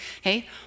Hey